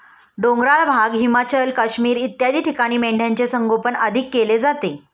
डोंगराळ भाग, हिमाचल, काश्मीर इत्यादी ठिकाणी मेंढ्यांचे संगोपन अधिक केले जाते